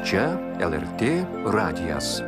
čia lrt radijas